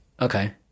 Okay